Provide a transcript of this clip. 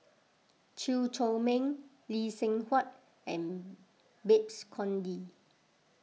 Chew Chor Meng Lee Seng Huat and Babes Conde